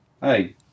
Hey